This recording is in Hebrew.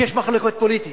כי יש מחלוקות פוליטיות.